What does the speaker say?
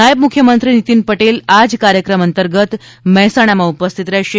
નાયબ મુખ્યમંત્રી નીતીન પટેલ આજ કાર્યક્રમ અંતર્ગત મહેસાણામાં ઉપસ્થિત રહેશે